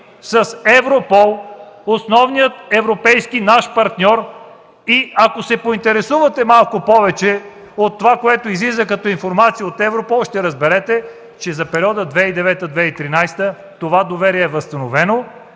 с Европол – основният европейски наш партньор? Ако се поинтересувате малко повече от това, което излиза като информация от Европол, ще разберете, че за периода 2009-2013 г. това доверие е възстановено